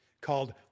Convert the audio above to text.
called